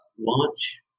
Launch